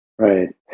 Right